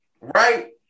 right